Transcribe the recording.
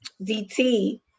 DT